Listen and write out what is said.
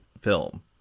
film